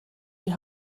die